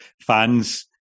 fans